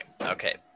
okay